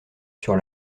sur